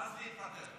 ואז להתפטר.